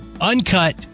uncut